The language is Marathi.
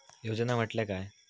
योजना म्हटल्या काय?